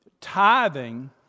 Tithing